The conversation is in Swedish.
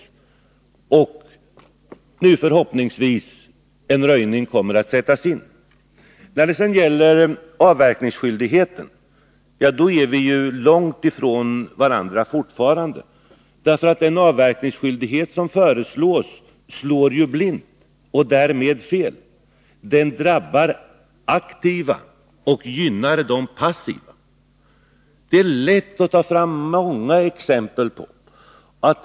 En röjning kommer förhoppningsvis nu att sättas i gång. När det sedan gäller avverkningsskyldigheten är vi fortfarande långt ifrån varandra. Den avverkningsskyldighet som föreslås slår ju blint och därmed fel. Den drabbar de aktiva och gynnar de passiva. Det är lätt att ta fram många exempel på detta.